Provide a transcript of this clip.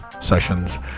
sessions